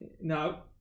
No